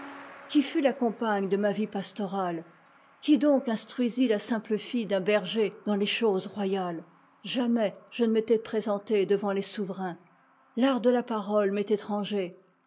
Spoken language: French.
qui fut la compagne de ma vie pastorale qui donc instruisit la simple fille d'un berger dans les cho ses royales jamais je ne m'étais présentée de vant les souverains l'art de la parole m'est étran